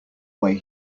way